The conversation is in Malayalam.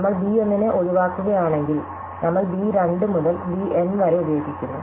നമ്മൾ b 1 നെ ഒഴിവാക്കുകയാണെങ്കിൽ നമ്മൾ b 2 മുതൽ b N വരെ ഉപയോഗിക്കുന്നു